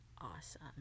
awesome